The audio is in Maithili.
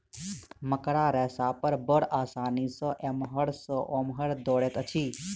मकड़ा रेशा पर बड़ आसानी सॅ एमहर सॅ ओमहर दौड़ैत अछि